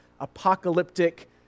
apocalyptic